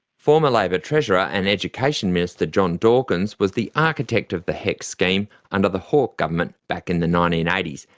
former labor treasurer and education minister john dawkins was the architect of the hecs scheme under the hawke government back in the nineteen eighty s,